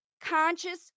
conscious